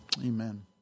Amen